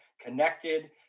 connected